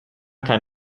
kein